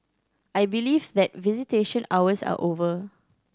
I believe that visitation hours are over